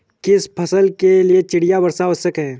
किस फसल के लिए चिड़िया वर्षा आवश्यक है?